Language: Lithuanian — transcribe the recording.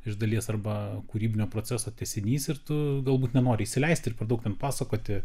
iš dalies arba kūrybinio proceso tęsinys ir tu galbūt nenori įsileisti ir per daug ten pasakoti